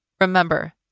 Remember